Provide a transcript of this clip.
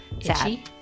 Itchy